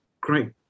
great